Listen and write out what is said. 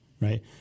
right